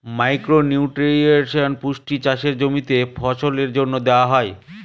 micro nutrients পুষ্টি চাষের জমিতে ফসলের জন্য দেওয়া হয়